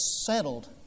settled